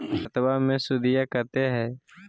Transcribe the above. खतबा मे सुदीया कते हय?